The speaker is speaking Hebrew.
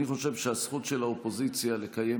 אני חושב שהזכות של האופוזיציה לקיים